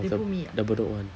the bedok one